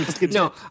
No